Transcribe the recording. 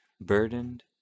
burdened